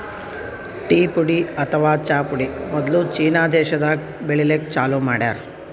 tea ಪುಡಿ ಅಥವಾ ಚಾ ಪುಡಿ ಗಿಡ ಮೊದ್ಲ ಚೀನಾ ದೇಶಾದಾಗ್ ಬೆಳಿಲಿಕ್ಕ್ ಚಾಲೂ ಮಾಡ್ಯಾರ್